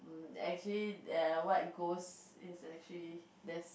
actually their what goes is actually there's